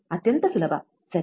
ಅತ್ಯಂತ ಸುಲಭ ಸರಿ